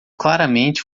claramente